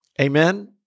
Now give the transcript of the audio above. Amen